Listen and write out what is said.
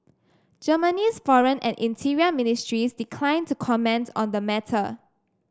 Germany's foreign and interior ministries declined to comment on the matter